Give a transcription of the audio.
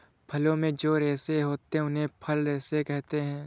फलों में जो रेशे होते हैं उन्हें फल रेशे कहते है